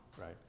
right